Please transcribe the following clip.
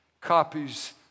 copies